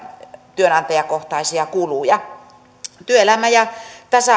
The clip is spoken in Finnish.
työnantajakohtaisia kuluja työelämä ja tasa